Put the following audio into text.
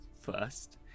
first